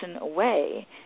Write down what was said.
away